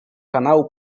kanału